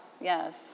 yes